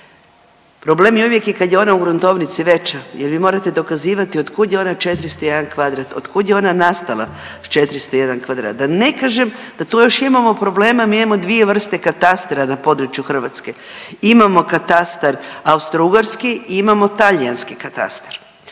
Problem je uvijek i kad je ona u gruntovnici veća jer vi morate dokazivati otkud je ona 401 kvadrat, otkud je ona nastala 401 kvadrat, da ne kažem da tu još imamo problema, mi imamo dvije vrste katastra na području Hrvatske, imamo katastar austro-ugarski i imamo talijanski katastar.